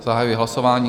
Zahajuji hlasování.